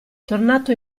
tornato